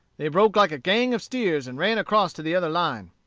they broke like a gang of steers, and ran across to the other line.